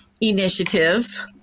initiative